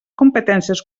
competències